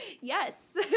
Yes